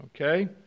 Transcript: Okay